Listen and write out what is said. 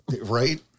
right